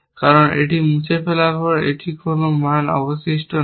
কারণ এটি মুছে ফেলার পরে এটির কোনও মান অবশিষ্ট নেই